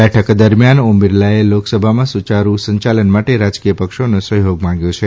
બેઠક દરમ્યાન ઓમ બિરલાએ લોકસભામાં સુચારુ સંચાલન માટે રાજકીય પક્ષોથી સહોયગ માંગ્યો છે